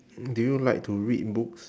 do you like to read books